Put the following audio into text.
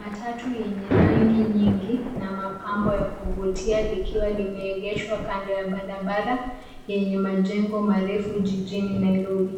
Matatu yenye rangi nyingi na mapambo ya kuvutia likiwa limeegeshwa kando ya barabara yenye majengo marefu jijini Nairobi.